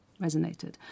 resonated